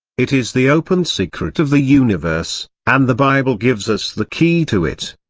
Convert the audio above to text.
it is the open secret of the universe, and the bible gives us the key to it.